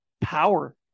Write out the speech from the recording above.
power